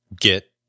get